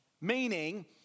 meaning